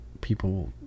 people